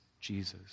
Jesus